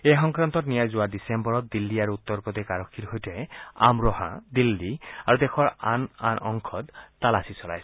এই সংক্ৰান্তত নিয়াই যোৱা ডিচেম্বৰত দিল্লী আৰু উত্তৰ প্ৰদেশ আৰক্ষীৰ সৈতে আমৰোহা দিল্লী আৰু দেশৰ আন অংশত তালাচী চলাইছিল